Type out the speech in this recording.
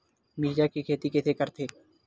मिरचा के खेती कइसे करथे?